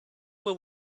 will